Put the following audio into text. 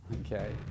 okay